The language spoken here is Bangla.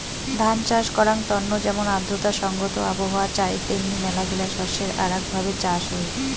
ধান চাষ করাঙ তন্ন যেমন আর্দ্রতা সংগত আবহাওয়া চাই তেমনি মেলাগিলা শস্যের আরাক ভাবে চাষ হই